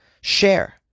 Share